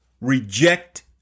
reject